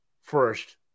first